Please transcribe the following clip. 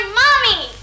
mommy